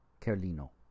Carlino